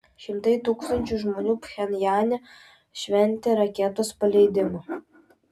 šimtai tūkstančių žmonių pchenjane šventė raketos paleidimą